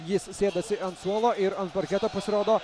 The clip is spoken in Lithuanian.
jis sėdasi ant suolo ir ant parketo pasirodo